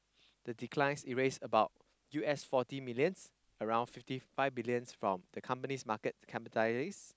the declines erase about U_S forty millions around fifty five billions from the company's market capitalist